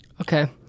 Okay